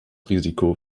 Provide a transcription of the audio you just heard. risiko